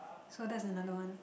so that's another one